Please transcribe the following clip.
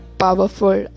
powerful